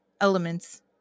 elements